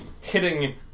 hitting